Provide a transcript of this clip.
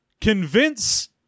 convince